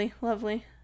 lovely